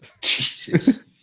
Jesus